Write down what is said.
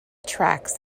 tracks